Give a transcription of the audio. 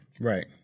right